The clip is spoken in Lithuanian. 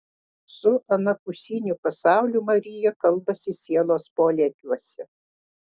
su anapusiniu pasauliu marija kalbasi sielos polėkiuose